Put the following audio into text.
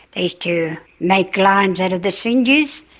they used to make lines out of the sinews,